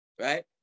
right